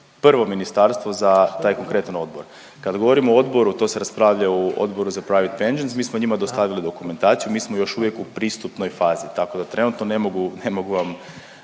prvo ministarstvo za taj konkretan odgovor. Kad govorimo o odboru to se raspravlja u Odboru za private …/Govornik se ne razumije./… Mi smo njima dostavili dokumentaciju, mi smo još uvijek u pristupnoj fazi tako da trenutno ne mogu,